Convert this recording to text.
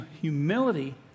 humility